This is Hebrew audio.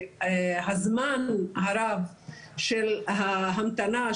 והזמן הרב של ההמתנה,